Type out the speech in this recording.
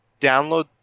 download